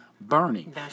burning